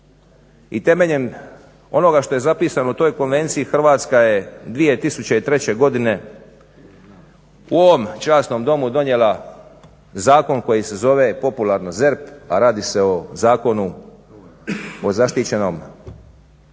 i temeljem onoga što je zapisano u toj konvenciji Hrvatska je 2003.godine u ovom časnom domu donijela zakon koji se zove popularno ZERP, a radi se o Zakonu o zaštićenom